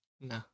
No